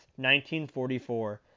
1944